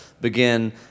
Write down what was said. begin